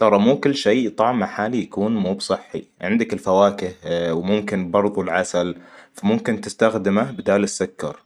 ترى مو كل شي طعمه حالي يكون موب صحي عندك الفواكه وممكن برضو العسل فممكن تستخدمه بدال السكر.